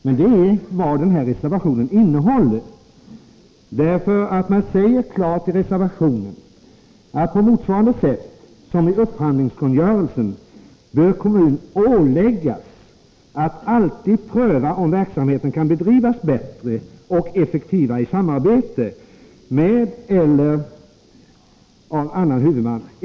Men det är vad moderaterna gör i sin reservation. Man säger klart i reservationen: ”På motsvarande sätt som i upphandlingskungörelsen bör kommun åläggas att alltid pröva om verksamheten kan bedrivas bättre och effektivare i samarbete med eller av annan huvudman.